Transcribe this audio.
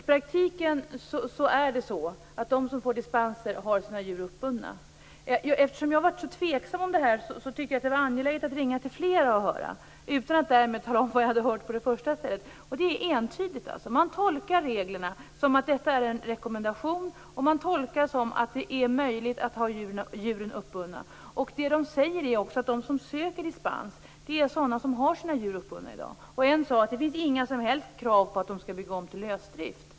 I praktiken är det så att de som får dispenser har sina djur uppbundna. Eftersom jag har varit så tveksam om detta, tyckte jag att det var angeläget att ringa till flera utan att därför tala om vad jag hade hört av dem jag talat med tidigare. Det är alltså entydigt så att man tolkar reglerna som en rekommendation. Man tolkar att det är möjligt att ha djuren uppbundna. Vad man säger är också att de som ansöker om dispens är de som har sina djur uppbundna i dag. Någon sade att det inte finns några som helst krav på att de skall bygga om till lösdrift.